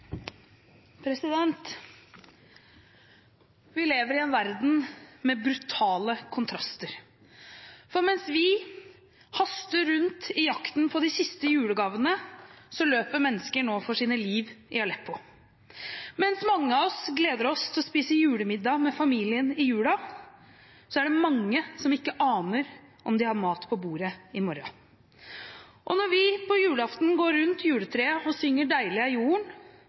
Vi lever i en verden med brutale kontraster. Mens vi haster rundt i jakten på de siste julegavene, løper mennesker for sine liv i Aleppo. Mens mange av oss gleder seg til å spise julemiddag med familien i julen, er det mange som ikke aner om de har mat på bordet i morgen. Og når vi på julaften går rundt juletreet og synger «deilig er jorden»,